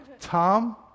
Tom